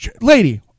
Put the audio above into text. Lady